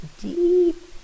deep